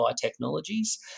technologies